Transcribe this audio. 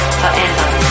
forever